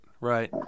Right